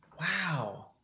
wow